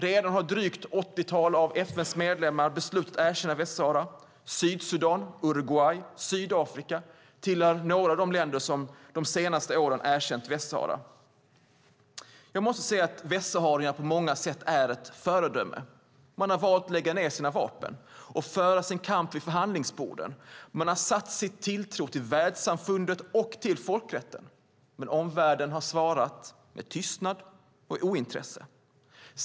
Redan har drygt ett 80-tal av FN:s medlemmar beslutat att erkänna Västsahara. Sydsudan, Uruguay och Sydafrika tillhör de länder som under de senaste åren har erkänt Västsahara. Västsaharierna är på många sätt ett föredöme. Man har valt att lägga ned sina vapen och att föra sin kamp vid förhandlingsborden. Man har satt sin tilltro till världssamfundet och till folkrätten - men omvärlden har svarat med tystnad och ointresse.